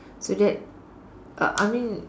so that uh I mean